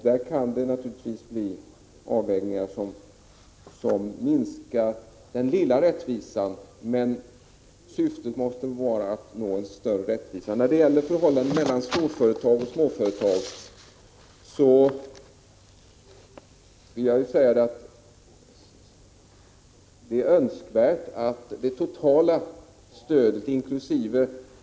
Där kan det naturligtvis bli avvägningar som minskar den lilla rättvisan — men syftet måste vara att nå större rättvisa. När det gäller förhållandet mellan storföretag och småföretag är det Önskvärt att det totala stödet, inkl.